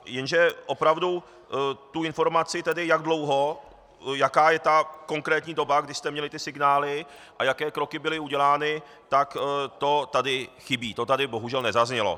Jenže opravdu tu informaci, jak dlouho, jaká je ta konkrétní doba, kdy jste měli ty signály, a jaké kroky byly udělány, tak to tady chybí, to tady bohužel nezaznělo.